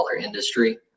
industry